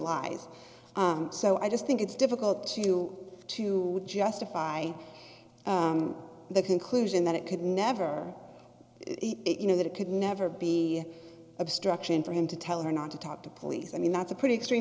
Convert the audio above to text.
lies so i just think it's difficult to to justify the conclusion that it could never you know that it could never be obstruction for him to tell her not to talk to police i mean that's a pretty extreme